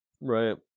Right